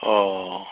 অঁ